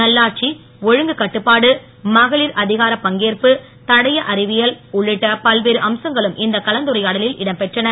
நல்லாட்சி ஒழுங்குக் கட்டுப்பாடு மகளிர் அதிகாரப் பங்கேற்பு தடயஅறிவியல் உள்ளிட்ட பல்வேறு அம்சங்களும் இந்த கலந்துரையாடலில் இடம் பெற்றன